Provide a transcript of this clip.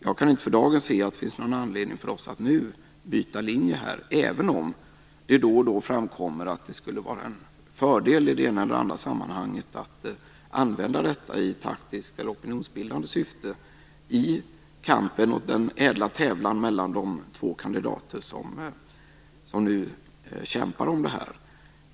Jag kan inte för dagen se att det finns någon anledning att nu byta linje, även om det då och då framkommer att det skulle vara en fördel i det ena eller andra sammanhanget att använda detta i taktiskt eller opinionsbildande syfte i kampen mot den ädla tävlan mellan de två kandidater som nu kämpar.